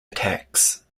attacks